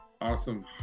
awesome